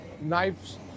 knives